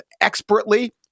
expertly